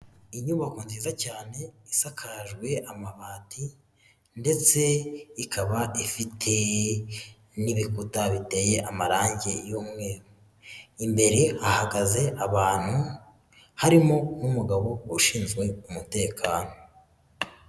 Inyubako nziza cyane isakajwe amabati ndetse ikaba ifite n'ibikuta biteye amarange y'umweru, imbere hahagaze abantu harimo n'umugabo ushinzwe umutekano.